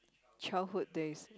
childhood days